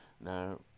Now